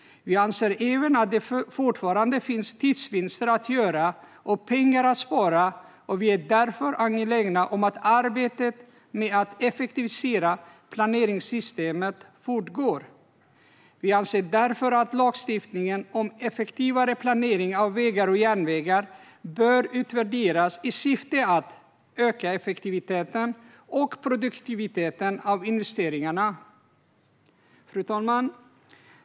Vi anser även att det fortfarande finns tidsvinster att göra och pengar att spara, och vi är därför angelägna om att arbetet med att effektivisera planeringssystemet fortgår. Vi anser därför att lagstiftningen om effektivare planering av vägar och järnvägar bör utvärderas i syfte att öka effektiviteten och produktiviteten av investeringarna. Fru talman!